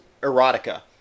erotica